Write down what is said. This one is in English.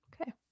Okay